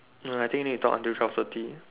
no I think need talk until twelve thirty